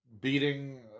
beating